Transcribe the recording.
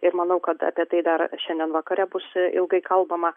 ir manau kad apie tai dar šiandien vakare bus ilgai kalbama